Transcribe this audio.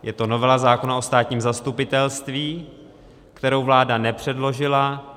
Je to novela zákona o státním zastupitelství, kterou vláda nepředložila.